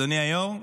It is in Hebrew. אדוני היו"ר,